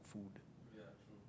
food